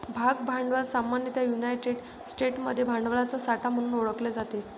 भाग भांडवल सामान्यतः युनायटेड स्टेट्समध्ये भांडवलाचा साठा म्हणून ओळखले जाते